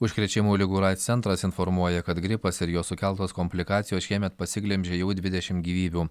užkrečiamų ligų centras informuoja kad gripas ir jo sukeltos komplikacijos šiemet pasiglemžė jau dvidešim gyvybių